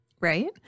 Right